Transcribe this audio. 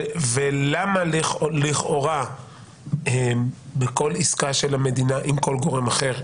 ולמה לכאורה בכל עסקה של המדינה עם כל גורם אחר,